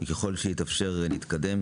וככל שיתאפשר נתקדם